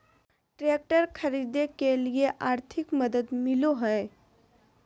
Tractor खरीदे के लिए आर्थिक मदद मिलो है?